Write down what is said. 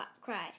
cried